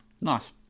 nice